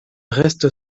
reste